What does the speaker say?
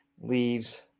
Leaves